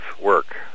work